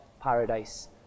paradise